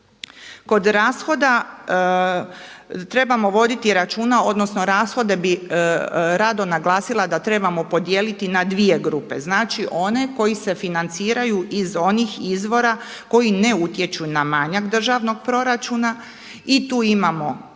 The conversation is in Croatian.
Kod rashoda trebamo voditi računa, odnosno rashode bi rado naglasila da trebamo podijeliti na dvije grupe. Znači one koji se financiraju iz onih izvora koji ne utječu na manjak državnog proračuna i tu imamo